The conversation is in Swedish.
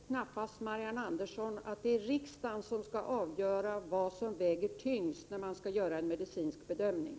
Fru talman! Jag tror knappast, Marianne Andersson, att det är riksdagen som skall avgöra vad som väger tyngst när man skall göra en medicinsk bedömning.